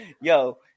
Yo